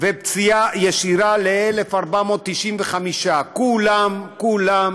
ולפציעה ישירה של 1,495. כולם, כולם